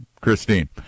Christine